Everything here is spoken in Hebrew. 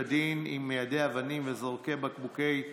הדין עם מיידי אבנים וזורקי בקבוקי תבערה,